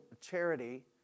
charity